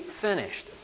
finished